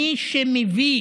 מי שמביא